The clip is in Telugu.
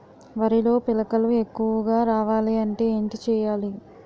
వరిలో పిలకలు ఎక్కువుగా రావాలి అంటే ఏంటి చేయాలి?